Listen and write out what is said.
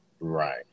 Right